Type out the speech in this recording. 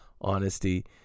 honesty